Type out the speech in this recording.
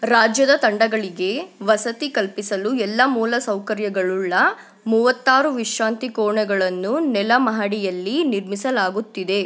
ರಾಜ್ಯದ ತಂಡಗಳಿಗೆ ವಸತಿ ಕಲ್ಪಿಸಲು ಎಲ್ಲ ಮೂಲ ಸೌಕರ್ಯಗಳುಳ್ಳ ಮೂವತ್ತಾರು ವಿಶ್ರಾಂತಿ ಕೋಣೆಗಳನ್ನು ನೆಲ ಮಹಡಿಯಲ್ಲಿ ನಿರ್ಮಿಸಲಾಗುತ್ತಿದೆ